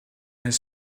his